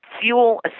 fuel